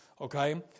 okay